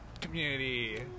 community